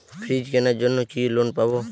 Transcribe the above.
Fridge কেনার জন্য কি লোন পাব?